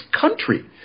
country